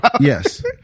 Yes